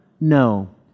No